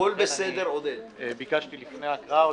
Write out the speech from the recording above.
ולכן ביקשתי לפני ההקראה.